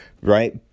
Right